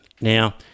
Now